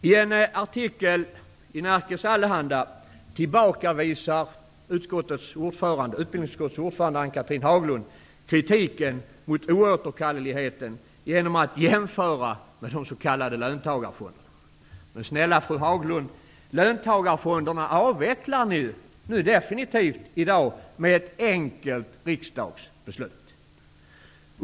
I en artikel i Nerikes Allehanda tillbakavisar utbildningsutskottets ordförande Ann-Chatrine Haglund kritiken mot oåterkalleligheten genom att göra en jämförelse med de s.k. löntagarfonderna. Men snälla fru Haglund, löntagarfonderna avvecklas ju i dag med ett enkelt riksdagsbeslut.